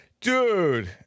Dude